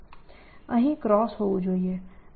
અહીં ક્રોસ હોવું જોઈએ